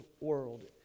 world